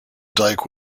dike